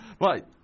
Right